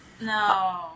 No